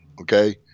Okay